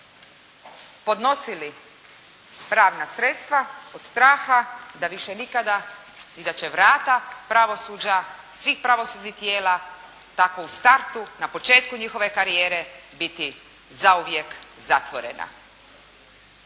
podnosili pravna sredstava od straha da više nikada i da će vrata pravosuđa svih pravosudnih tijela tako u startu na početku njihove karijere biti zauvijek zatvorena.